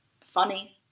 funny